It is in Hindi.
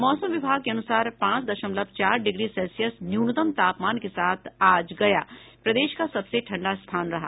मौसम विभाग के अनुसार पांच दशमलव चार डिग्री सेल्सियस न्यूनतम तापमान के साथ आज गया प्रदेश का सबसे ठंडा स्थान रहा